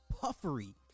puffery